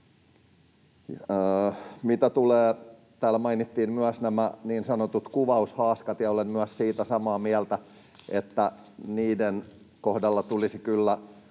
Täällä mainittiin myös nämä niin sanotut kuvaushaaskat, ja olen myös siitä samaa mieltä, että niiden kohdalla tulisi kyllä